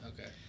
Okay